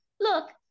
Look